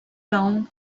down